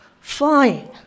flying